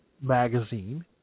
magazine